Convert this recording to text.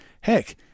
heck